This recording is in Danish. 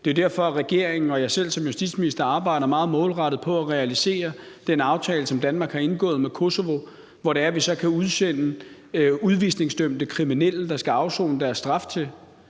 det er jo derfor, at regeringen og jeg selv som justitsminister arbejder meget målrettet på at realisere den aftale, som Danmark har indgået med Kosovo, hvor det er, at vi så kan udsende udvisningsdømte kriminelle, der skal afsone deres straf.